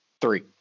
three